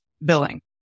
billing